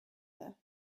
there